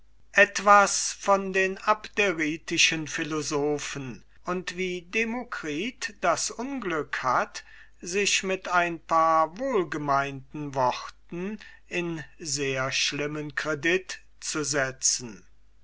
etwas von den abderitischen philosophen und wie demokritus das unglück hat sich mit ein paar wohlgemeinten worten in sehr schlimmen credit zu setzen